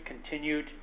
continued